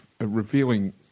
revealing